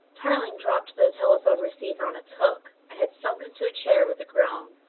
tarling dropped the telephone receiver on its hook and had sunk into a chair with a groan.